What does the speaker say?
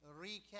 recap